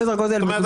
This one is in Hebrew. כלומר,